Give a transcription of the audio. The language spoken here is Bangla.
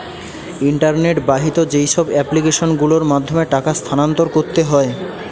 ইন্টারনেট বাহিত যেইসব এপ্লিকেশন গুলোর মাধ্যমে টাকা স্থানান্তর করতে হয়